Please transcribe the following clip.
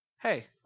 hey